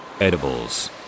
edibles